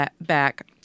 back